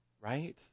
right